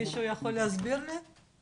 מישהו יכול להסביר לי?